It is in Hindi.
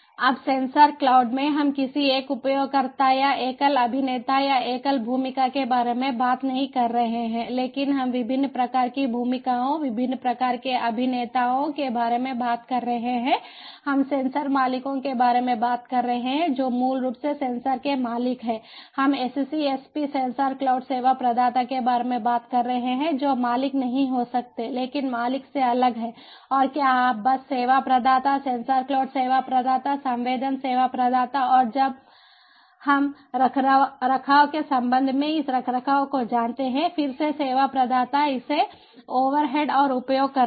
अब सेंसर क्लाउड में हम किसी एक उपयोगकर्ता या एकल अभिनेता या एकल भूमिका के बारे में बात नहीं कर रहे हैं लेकिन हम विभिन्न प्रकार की भूमिकाओं विभिन्न प्रकार के अभिनेताओं के बारे में बात कर रहे हैं हम सेंसर मालिकों के बारे में बात कर रहे हैं जो मूल रूप से सेंसर के मालिक हैं हम SCSP सेंसर क्लाउड सेवा प्रदाता के बारे में बात कर रहे हैं जो मालिक नहीं हो सकता है लेकिन मालिक से अलग है और क्या आप बस सेवा प्रदाता सेंसर क्लाउड सेवा प्रदाता संवेदन सेवा प्रदाता और जब हम रखरखाव के संबंध में इस रखरखाव को जानते हैं फिर से सेवा प्रदाता इसे ओवरहेड और उपयोग करता है